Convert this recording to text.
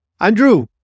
Andrew